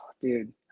dude